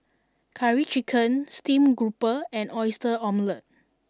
curry chicken steam grouper and oyster Omelette